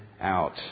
out